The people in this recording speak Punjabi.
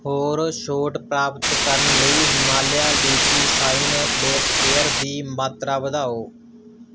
ਹੋਰ ਛੋਟ ਪ੍ਰਾਪਤ ਕਰਨ ਲਈ ਹਿਮਾਲਿਆ ਲੀਚੀ ਸਾਈਨ ਲੇਪ ਕੇਅਰ ਦੀ ਮਾਤਰਾ ਵਧਾਓ